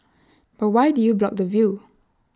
but why did you block the view